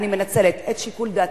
אני מנצלת את שיקול דעתי,